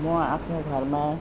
म आफ्नो घरमा